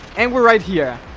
and we're right here